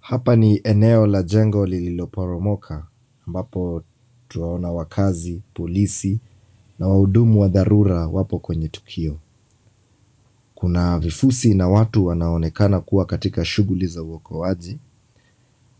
Hapa ni eneo la jengo lililoporomoka, ambapo twaona wakaazi, polisi na wahudumu wa dharura wapo kwenye tukio. Kuna vifusi na watu wanaonekana kuwa katika shughuli za uokoaji,